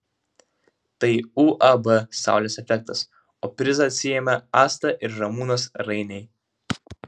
tai uab saulės efektas o prizą atsiėmė asta ir ramūnas rainiai